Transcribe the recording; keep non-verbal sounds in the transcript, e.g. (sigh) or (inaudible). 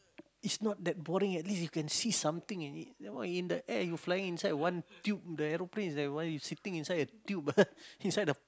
it's not that boring at least you can see something in it that one in the air you flying inside one tube the aeroplane is like one you sitting inside a tube (laughs) inside the